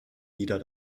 wieder